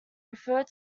referred